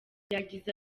yagize